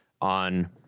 on